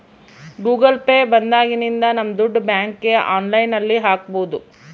Google Pay ಬಂದಾಗಿನಿಂದ ನಮ್ ದುಡ್ಡು ಬ್ಯಾಂಕ್ಗೆ ಆನ್ಲೈನ್ ಅಲ್ಲಿ ಹಾಕ್ಬೋದು